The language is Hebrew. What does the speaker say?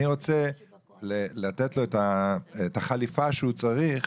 אני רוצה לתת לו את החליפה שהוא צריך